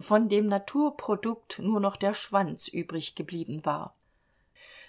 von dem naturprodukt nur noch der schwanz übriggeblieben war